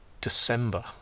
December